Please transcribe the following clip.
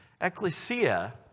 ecclesia